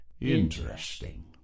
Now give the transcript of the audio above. Interesting